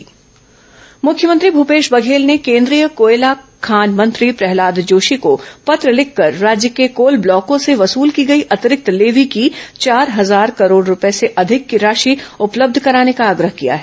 मुख्यमंत्री केंद्रीय मंत्री पत्र मुख्यमंत्री भूपेश बघेल ने केंद्रीय कोयला खान मंत्री प्रहलाद जोशी को पत्र लिखकर राज्य के कोल ब्लॉकों से वसूल की गई अंतिरिक्त लेवी की चार हजार करोड़ रूपये से अधिक की राशि उपलब्ध कराने का आग्रह किया है